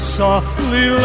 softly